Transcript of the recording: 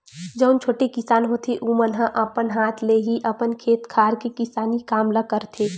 जउन छोटे किसान होथे ओमन ह अपन हाथ ले ही अपन खेत खार के किसानी काम ल करथे